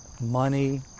money